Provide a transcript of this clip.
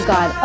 God